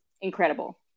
incredible